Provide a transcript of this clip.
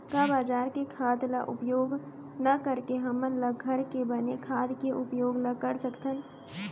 का बजार के खाद ला उपयोग न करके हमन ल घर के बने खाद के उपयोग ल कर सकथन?